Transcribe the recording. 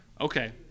Okay